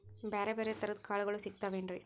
ಬ್ಯಾರೆ ಬ್ಯಾರೆ ತರದ್ ಕಾಳಗೊಳು ಸಿಗತಾವೇನ್ರಿ?